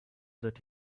that